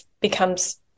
becomes